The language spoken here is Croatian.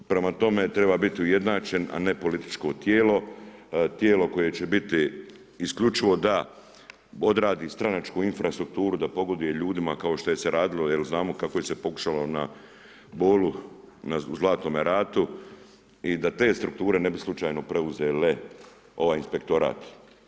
Prema tome, treba biti ujednačen a ne političko tijelo, tijelo koje će biti isključivo da odradi stranačku infrastrukturu da pogoduje ljudima kao što se radilo jer znamo kako se im se pokušalo na Bolu, u Zlatnome ratu i da te strukture ne bi slučajno preuzele ovaj inspektorat.